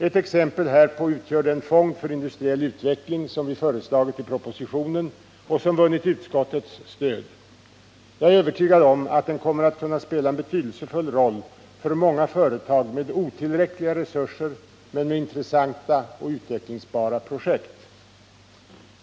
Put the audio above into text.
Ett exempel härpå utgör den fond för industriell utveckling som vi föreslagit i propositionen och som vunnit utskottets stöd. Jag är övertygad om att den kommer att kunna spela en betydelsefull roll för många företag med otillräckliga resurser men med intressanta och utvecklingsbara projekt.